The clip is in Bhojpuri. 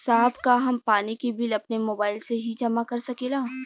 साहब का हम पानी के बिल अपने मोबाइल से ही जमा कर सकेला?